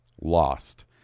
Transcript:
Lost